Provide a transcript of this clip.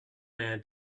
man